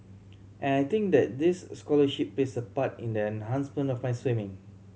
and I think that this scholarship plays a part in the enhancement of my swimming